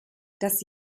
das